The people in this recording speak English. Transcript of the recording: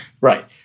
Right